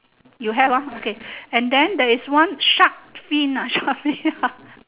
you have hor okay and then there is one shark fin ah shark fin ah